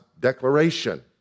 declaration